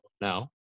now